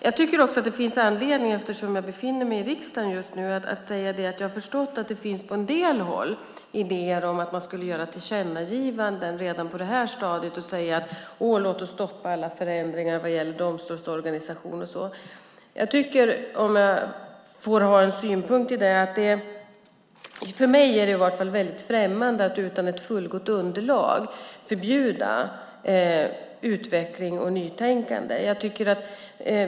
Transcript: Eftersom jag befinner mig i riksdagen just nu tycker jag att det finns anledning att säga att jag har förstått att det på en del håll finns idéer om att man skulle göra tillkännagivanden redan på det här stadiet och säga: Låt oss stoppa alla förändringar vad gäller domstolsorganisation och så vidare! Om jag får ha en synpunkt på detta är det åtminstone för mig främmande att utan ett fullgott underlag förbjuda utveckling och nytänkande.